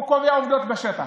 הוא קובע עובדות בשטח.